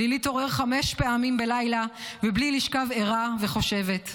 בלי להתעורר חמש פעמים בלילה ובלי לשכב ערה וחושבת.